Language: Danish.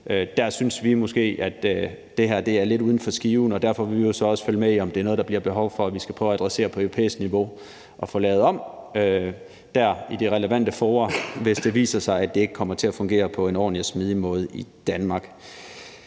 Der synes vi måske, at det her er lidt uden for skiven, og derfor vil vi jo så også følge med i, om det er noget, der bliver behov for, at vi skal prøve at adressere på europæisk niveau i de relevante fora i forhold til at få lavet det om, hvis det viser sig, at det ikke kommer til at fungere på en ordentlig og smidig måde i Danmark.